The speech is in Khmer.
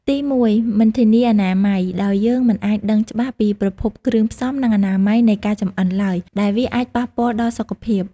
ទីមួយ មិនធានាអនាម័យ ដោយយើងមិនអាចដឹងច្បាស់ពីប្រភពគ្រឿងផ្សំ និងអនាម័យនៃការចម្អិនឡើយ ដែលវាអាចប៉ះពាល់ដល់សុខភាព។